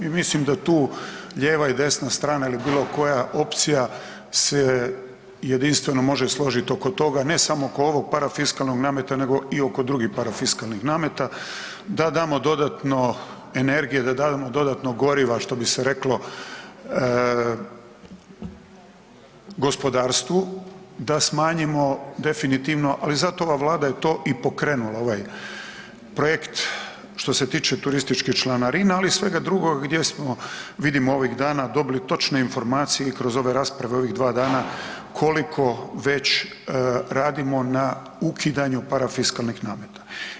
I mislim da tu lijeva i desna strana ili bilo koja opcija se jedinstveno može složiti oko toga ne samo oko ovog parafiskalnog nameta nego i oko drugih parafiskalnih nameta da damo dodatno energije, da damo dodatno goriva što bi se reklo gospodarstvu da smanjimo definitivno, ali zato ova Vlada je to i pokrenula ovaj projekt što se tiče turističkih članarina, ali i svega drugoga gdje smo vidimo ovih dana dobili točne informacije i kroz ove rasprave ovih 2 dana koliko već radimo na ukidanju parafiskalnih nameta.